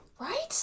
Right